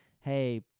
hey